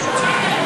משכנתה.